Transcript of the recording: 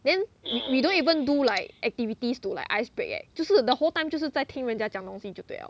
then we don't even do like activities to like ice break eh 就是 the whole time 就是在听人家讲东西就对 liao